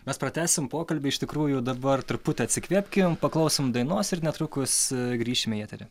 mes pratęsim pokalbį iš tikrųjų dabar truputį atsikvėpkim paklausom dainos ir netrukus grįšime į eterį